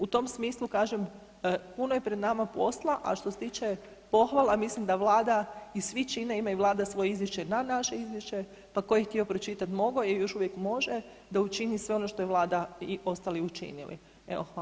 U tom smislu kažem, puno je pred nama posla, a što se tiče pohvala mislim vlada i svi čine, ima i vlada svoje izvješće na naše izvješće, pa ko je htio pročitat mogo je i još uvijek može da učini sve ono što je vlada i ostali učinili.